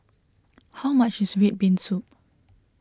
how much is Red Bean Soup